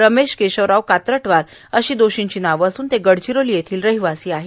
राजेश केशवराव कात्रटवार अशी दोर्षींची नावे असून ते गडचिरोली येथील रहिवासी आहेत